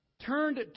turned